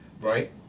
right